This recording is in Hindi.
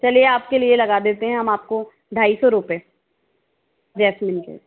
चलिये आपके लिए लगा देते है हम आपको ढाई सौ रुपए जैस्मिन के